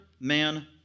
Man